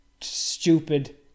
stupid